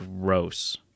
Gross